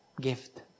gift